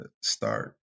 start